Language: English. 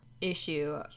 issue